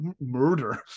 Murder